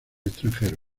extranjero